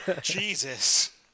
Jesus